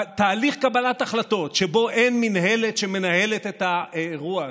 בתהליך קבלת החלטות שבו אין מינהלת שמנהלת את האירוע הזה,